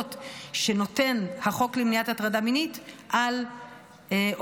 ההגנות שנותן החוק למניעת הטרדה מינית על עובדות